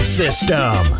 system